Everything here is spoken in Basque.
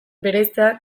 bereiztea